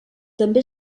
també